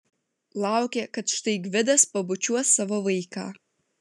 laukė kad štai gvidas pabučiuos savo vaiką